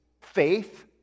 faith